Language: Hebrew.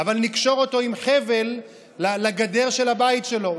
אבל נקשור אותו עם חבל לגדר של הבית שלו,